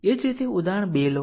એ જ રીતે ઉદાહરણ 2 લો